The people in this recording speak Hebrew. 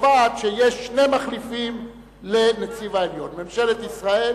קובעת שיש שני מחליפים לנציב העליון: ממשלת ישראל